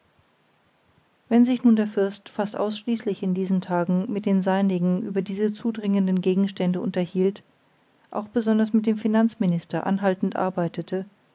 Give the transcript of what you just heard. wenn sich nun der fürst fast ausschließlich in diesen tagen mit den seinigen über diese zudringenden gegenstände unterhielt auch besonders mit dem finanzminister anhaltend arbeitete